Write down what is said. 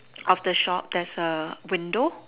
of the shop there is a window